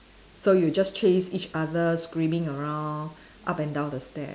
so you just chase each other screaming around up and down the stairs